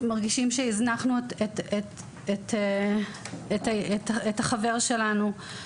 מרגישים שהזנחנו את החבר שלנו.